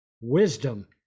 wisdom